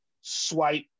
swipe